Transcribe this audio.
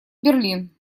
берлин